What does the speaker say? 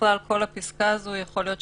ובכלל יכול להיות שכל הפסקה הזו מתייתרת